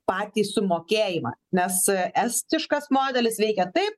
patį sumokėjimą nes estiškas modelis veikia taip